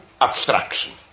abstraction